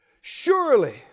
Surely